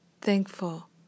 thankful